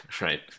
right